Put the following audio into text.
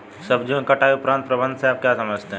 सब्जियों की कटाई उपरांत प्रबंधन से आप क्या समझते हैं?